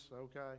Okay